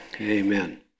Amen